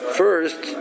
first